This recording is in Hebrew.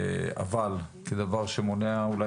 אבל כדבר שמונע אולי